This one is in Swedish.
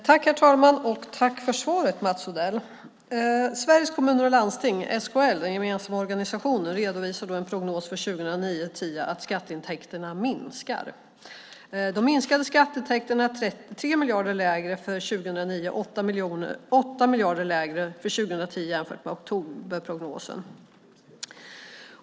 Herr talman! Tack för svaret, Mats Odell! Sveriges Kommuner och Landsting, SKL, den gemensamma organisationen, redovisar i en prognos för 2009-2010 att skatteintäkterna minskar. De minskade skatteintäkterna är 3 miljarder lägre för 2009 och 8 miljarder lägre för 2010, jämfört med oktoberprognosen.